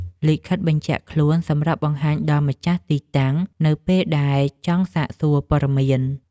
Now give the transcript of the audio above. លិខិតបញ្ជាក់ខ្លួន សម្រាប់បង្ហាញដល់ម្ចាស់ទីតាំងនៅពេលយើងចង់សាកសួរព័ត៌មាន។